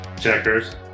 Checkers